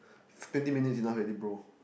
it's twenty minutes enough already bro